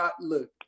look